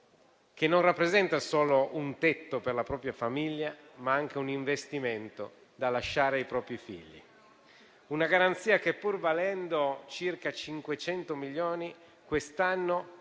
che rappresenta non solo un tetto per la propria famiglia, ma anche un investimento da lasciare ai propri figli; una garanzia che, pur valendo circa 500 milioni, quest'anno